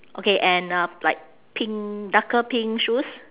okay and uh like pink darker pink shoes